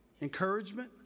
encouragement